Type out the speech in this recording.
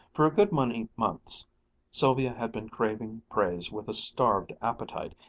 for a good many months sylvia had been craving praise with a starved appetite,